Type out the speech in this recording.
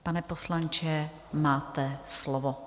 Pane poslanče, máte slovo.